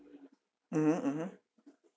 mmhmm mmhmm